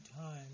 time